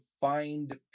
find